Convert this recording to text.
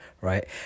right